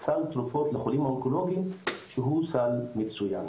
סל תרופות לחולים האונקולוגיים שהוא סל מצוין.